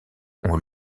ont